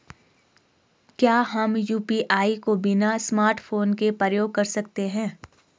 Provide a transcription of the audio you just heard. क्या हम यु.पी.आई को बिना स्मार्टफ़ोन के प्रयोग कर सकते हैं?